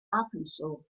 arkansas